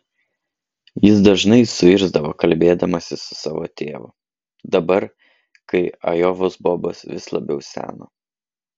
jis dažnai suirzdavo kalbėdamasis su savo tėvu dabar kai ajovos bobas vis labiau seno